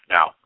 Now